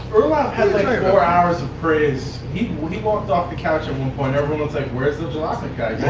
had like four hours of praise. he he walked off the couch at one point, everyone was like, where's the jalopnik guy?